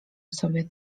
sobie